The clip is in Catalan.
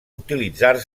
utilitzar